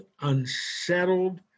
unsettled